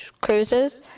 cruises